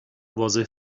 واضح